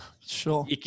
Sure